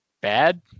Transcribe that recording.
bad